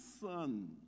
son